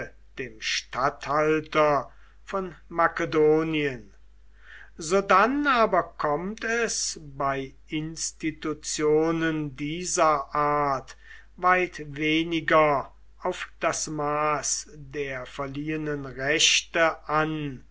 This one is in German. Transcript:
dem statthalter von makedonien sodann aber kommt es bei institutionen dieser art weit weniger auf das maß der verliehenen rechte an